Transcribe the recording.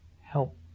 help